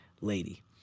lady